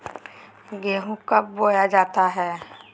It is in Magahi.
गेंहू कब बोया जाता हैं?